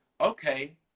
okay